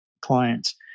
clients